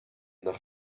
nach